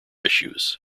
issues